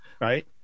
right